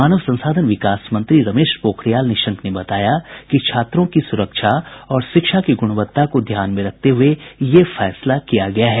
मानव संसाधन विकास मंत्री रमेश पोखरियाल निशंक ने बताया कि छात्रों की सुरक्षा और शिक्षा की गुणवत्ता को ध्यान में रखते हुए यह निर्णय लिया गया है